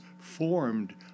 formed